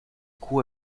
coup